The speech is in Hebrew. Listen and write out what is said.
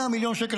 100 מיליון שקל,